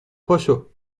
پاشو